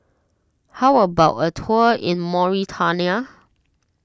how about a tour in Mauritania